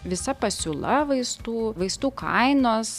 visa pasiūla vaistų vaistų kainos